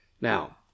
Now